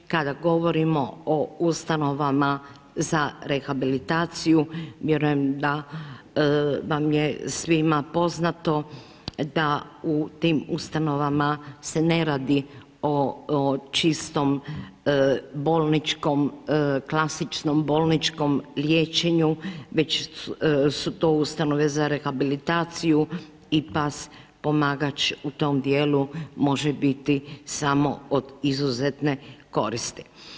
Kada govorimo o ustanovama za rehabilitaciju vjerujem da vam je svima poznato da u tim ustanovama se ne radi o čistom bolničkom, klasičnom bolničkom liječenju već su to ustanove za rehabilitaciju i pas pomagač u tom dijelu može biti samo od izuzetne koristi.